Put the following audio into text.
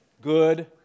Good